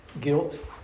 Guilt